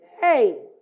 Hey